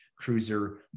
cruiser